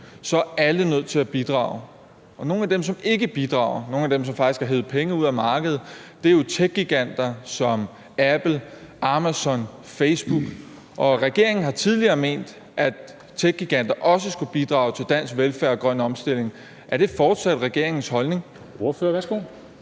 er alle nødt til at bidrage. Nogle af dem, som ikke bidrager, nogle af dem, som faktisk har hevet penge ud af markedet, er jo techgiganter som Apple, Amazon, Facebook. Regeringen har tidligere ment, at techgiganter også skulle bidrag til dansk velfærd og grøn omstilling. Er det fortsat regeringens holdning? Kl.